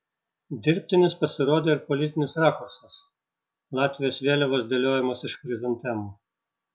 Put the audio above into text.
dirbtinis pasirodė ir politinis rakursas latvijos vėliavos dėliojimas iš chrizantemų